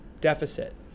deficit